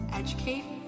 educate